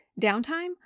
downtime